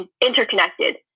interconnected